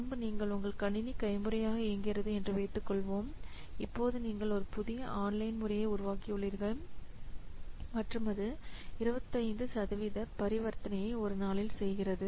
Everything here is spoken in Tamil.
முன்பு நீங்கள் உங்கள் கணினி கைமுறையாக இயங்குகிறது என்று வைத்துக்கொள்வோம் இப்போது நீங்கள் ஒரு புதிய ஆன்லைன் முறையை உருவாக்கியுள்ளீர்கள் மற்றும் அது 25 சதவீத பரிவர்த்தனையை ஒரு நாளில் செய்கிறது